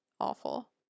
awful